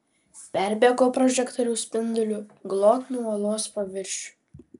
perbėgo prožektoriaus spinduliu glotnų uolos paviršių